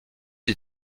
des